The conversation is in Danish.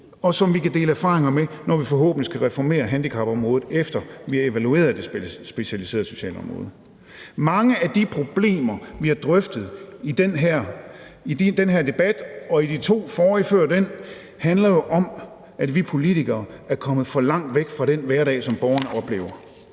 og som vi kan dele erfaringer med, når vi forhåbentlig skal reformere handicapområdet, efter at vi har evalueret det specialiserede socialområde. Mange af de problemer, vi har drøftet i den her debat og de to forrige før den, handler jo om, at vi politikere er kommet for langt væk fra den hverdag, som borgerne oplever.